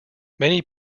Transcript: many